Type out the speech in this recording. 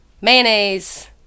Mayonnaise